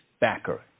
backer